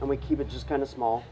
and we keep it just kind of small